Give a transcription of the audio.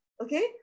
okay